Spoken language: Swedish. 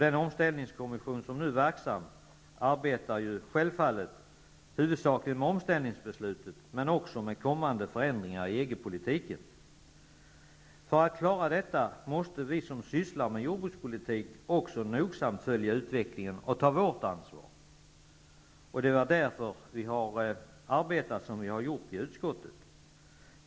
Den omställningskommission som nu är verksam arbetar självfallet huvudsakligen med omställningsbeslutet men också med kommande förändringar i EG-politiken. För att klara detta måste vi som sysslar med jordbrukspolitik nogsamt följa utvecklingen och ta vårt ansvar. Det är därför vi har arbetat som vi har gjort i utskottet.